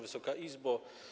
Wysoka Izbo!